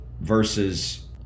versus